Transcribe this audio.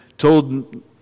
Told